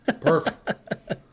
Perfect